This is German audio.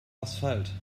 asphalt